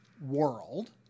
world